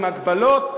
עם הגבלות,